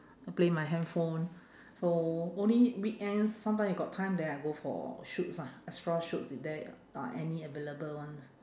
I play my handphone so only weekends sometime if got time then I go for shoots ah extra shoots if there are any available ones